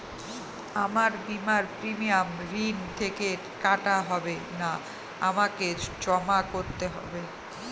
আমার বিমার প্রিমিয়াম ঋণ থেকে কাটা হবে না আমাকে জমা করতে হবে?